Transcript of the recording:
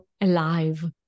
alive